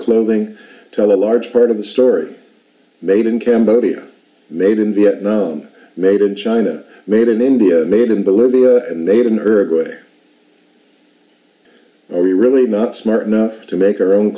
clothing tell a large part of the story made in cambodia made in vietnam made in china made in india made in bolivia and they have an herb way we really are not smart enough to make our own